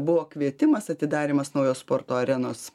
buvo kvietimas atidarymas naujos sporto arenos